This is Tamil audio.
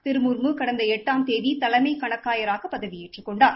திரு முர்மு கடந்த எட்டாம் தேதி தலைமை கணக்காயகராக பதவியேற்றுக் கொண்டார்